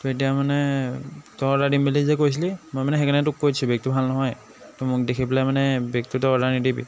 ত' এতিয়া মানে তই অৰ্ডাৰ দিম বুলি যে কৈছিলি মই মানে সেইকাৰণে তোক কৈ দিছোঁ বেগটো ভাল নহয় তই মোক দেখি পেলাই মানে বেগটো তই অৰ্ডাৰ নিদিবি